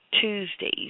Tuesdays